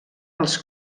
als